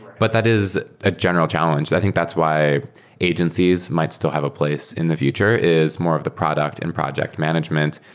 but that is a general challenge. i think that's why agencies might still have a place in the future, is more of the product and project management.